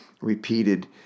repeated